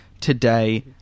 today